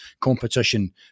competition